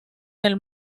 del